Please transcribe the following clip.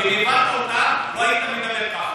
כי לו הבנת אותן, לא היית מדבר ככה.